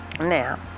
Now